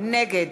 נגד